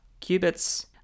qubits